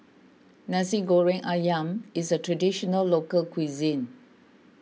Nasi Goreng Ayam is a Traditional Local Cuisine